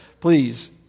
please